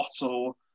bottle